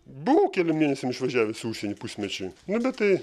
buvau keliem mėnesiam išvažiavęs į užsienį pusmečiui na bet tai